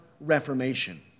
reformation